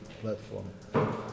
platform